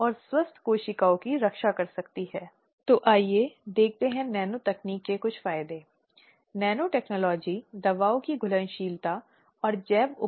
और कई बार आर्थिक परिणाम भी होते हैं जिसके परिणामस्वरूप महिलाएं नियोक्ता की मांगों के अनुपालन से इनकार करती हैं